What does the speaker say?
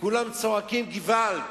וכולם צועקים געוואלד.